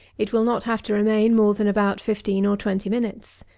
it will not have to remain more than about fifteen or twenty minutes.